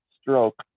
stroke